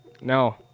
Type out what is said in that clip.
no